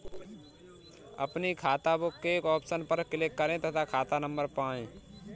अपनी खाताबुक के ऑप्शन पर क्लिक करें तथा खाता नंबर पाएं